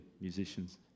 musicians